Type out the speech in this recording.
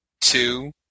two